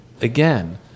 again